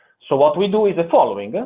so what we do is the following.